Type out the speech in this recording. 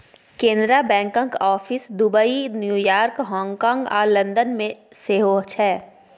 कैनरा बैंकक office Dubai, New York, हाँगकाँग आ लंदन मे सेहो छै